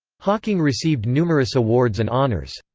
hawking received numerous awards and honours.